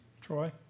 Troy